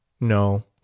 No